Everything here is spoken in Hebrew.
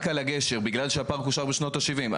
רק על הגשר, בגלל שהפארק אושר בשנות ה-70'.